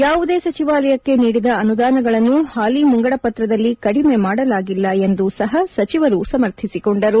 ಯಾವುದೇ ಸಚಿವಾಲಯಕ್ಕೆ ನೀಡಿದ ಅನುದಾನಗಳನ್ನು ಹಾಲಿ ಮುಂಗಡಪತ್ರದಲ್ಲಿ ಕಡಿಮೆ ಮಾಡಲಾಗಿಲ್ಲ ಎಂದು ಸಹ ಸಚಿವರು ಸಮರ್ಥಿಸಿಕೊಂಡರು